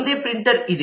ಒಂದೇ ಪ್ರಿಂಟರ್ ಇದೆ